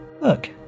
Look